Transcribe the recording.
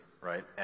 right